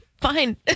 fine